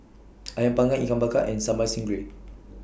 Ayam Panggang Ikan Bakar and Sambal Stingray